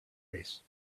race